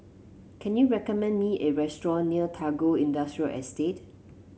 can you recommend me a restaurant near Tagore Industrial Estate